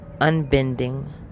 unbending